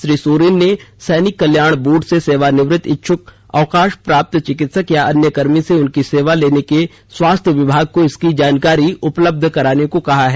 श्री सोरेन ने सैनिक कल्याण बोर्ड से सेवानिवृत्त इच्छुक अवकाश प्राप्त चिकित्सक या अन्य कर्मी से उनकी सेवा लेने के लिए स्वास्थ्य विभाग को इसकी जानकारी उपलब्ध कराने को कहा है